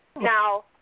Now